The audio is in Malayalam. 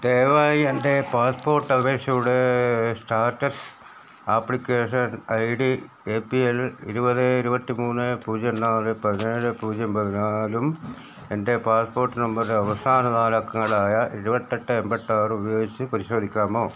ദയവായി എൻ്റെ പാസ്പോട്ട് അപേക്ഷയുടെ status application I D A P L ഇരുപത് ഇരുപത്തിമൂന്ന് പൂജ്യം നാല് പതിനേഴ് പൂജ്യം പതിനാലും എൻ്റെ പാസ്പോട്ട് നമ്പറിൻ്റെ അവസാന നാലക്കങ്ങളായ ഇരുപത്തെട്ട് എമ്പത്താറ് ഉപയോഗിച്ച് പരിശോധിക്കാമോ